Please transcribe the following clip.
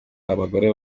abagore